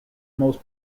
most